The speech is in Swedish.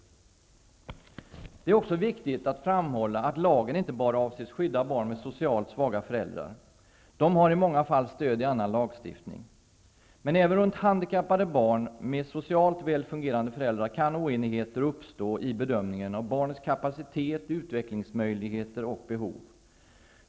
Det är också viktigt att framhålla att lagen inte bara avses skydda barn med socialt svaga föräldrar. De har i många fall stöd i annan lagstiftning. Men även runt handikappade barn med socialt väl fungerande föräldrar kan oenigheter uppstå i bedömningen av barnets kapacitet, utvecklingsmöjligheter och behov.